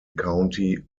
county